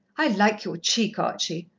i like your cheek, archie!